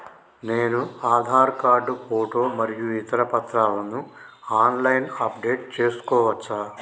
నేను Aadhaar card photo మరియు ఇతర పత్రాలను ఆన్ లైన్ అప్ డెట్ చేసుకోవచ్చా?